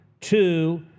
Two